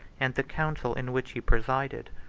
and the council in which he presided.